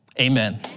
Amen